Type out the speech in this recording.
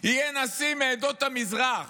יהיה נשיא מעדות המזרח?